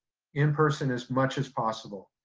in-person as much as possible.